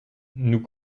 nous